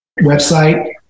website